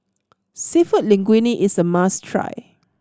Seafood Linguine is a must try